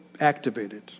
activated